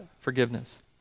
forgiveness